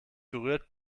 berührt